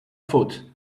foot